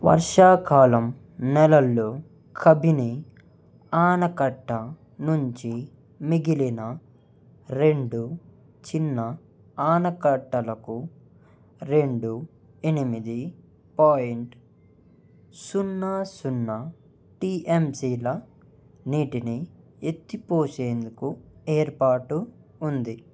వర్షాకాలం నెలల్లో కబిని ఆనకట్ట నుంచి మిగిలిన రెండు చిన్న ఆనకట్టలకు రెండు ఎనిమిది పాయింట్ సున్నా సున్నా టీఎంసీల నీటిని ఎత్తిపోసేందుకు ఏర్పాటు ఉంది